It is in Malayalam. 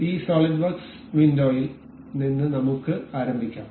അതിനാൽ ഈ സോളിഡ് വർക്ക്സ് വിൻഡോയിൽ നിന്ന് നമുക്ക് ആരംഭിക്കാം